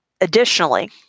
additionally